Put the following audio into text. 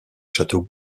château